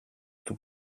του